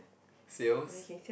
sales